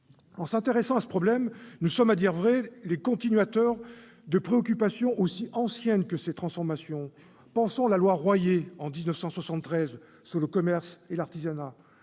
En nous intéressant à ce problème, nous sommes à dire vrai les continuateurs de préoccupations aussi anciennes que ces transformations. Pensons à la loi Royer, en 1973, sur le commerce et l'artisanat